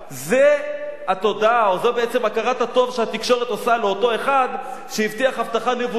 זו עצם הכרת הטוב שהתקשורת עושה לאותו אחד שהבטיח הבטחה נבואית,